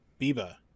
Biba